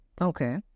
Okay